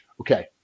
okay